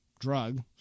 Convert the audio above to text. drug